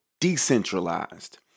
decentralized